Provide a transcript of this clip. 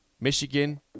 Michigan